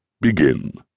Begin